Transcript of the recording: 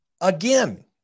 Again